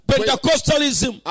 Pentecostalism